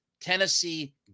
Tennessee